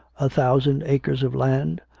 a thousand acres of land,